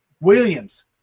Williams